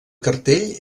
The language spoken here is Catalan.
cartell